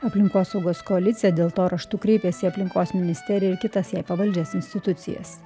aplinkosaugos koalicija dėl to raštu kreipėsi į aplinkos ministeriją ir kitas jai pavaldžias institucijas